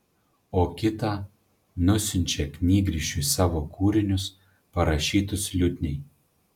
o kitą nusiunčia knygrišiui savo kūrinius parašytus liutniai